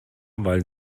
weil